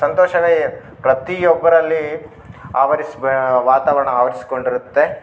ಸಂತೋಷವೇ ಪ್ರತಿಯೊಬ್ಬರಲ್ಲಿ ಆವರಿಸ ಬ್ಯಾ ವಾತಾವರಣ ಆವರಿಸ್ಕೊಂಡಿರುತ್ತೆ